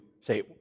say